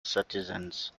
citizens